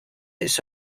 its